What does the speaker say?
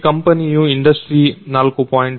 ಈ ಕಂಪನಿಯು ಇಂಡಸ್ಟ್ರಿ4